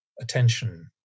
attention